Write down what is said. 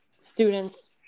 students